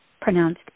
pronounced